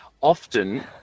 often